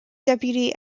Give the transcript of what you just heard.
deputy